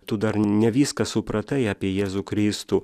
tu dar ne viską supratai apie jėzų kristų